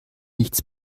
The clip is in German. nichts